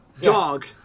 dog